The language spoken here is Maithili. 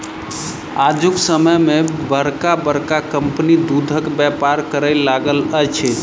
आजुक समय मे बड़का बड़का कम्पनी दूधक व्यापार करय लागल अछि